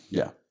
yeah.